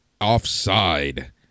offside